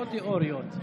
לא תיאוריות.